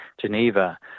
Geneva